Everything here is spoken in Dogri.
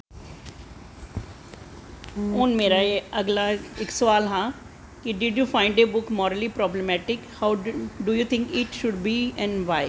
हून मेरा एह् अगला इक सवाल हा कि did you find book morally problematic how do you think should be and by